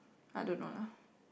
I don't know lah